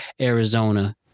Arizona